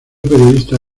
periodista